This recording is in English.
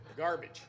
Garbage